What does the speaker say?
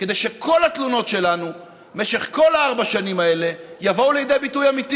כדי שכל התלונות שלנו במשך כל ארבע השנים האלה יבואו לידי ביטוי אמיתי,